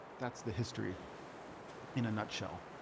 that's the history in a nutshell.